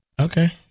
Okay